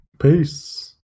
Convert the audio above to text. Peace